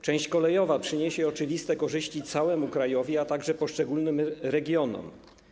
Część kolejowa przyniesie oczywiste korzyści całemu krajowi, a także poszczególnym regionom.